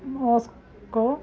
Moscow